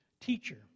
Teacher